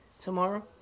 tomorrow